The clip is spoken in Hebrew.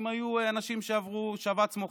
אם היו אנשים שעברו שבץ מוחי.